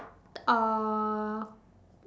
uh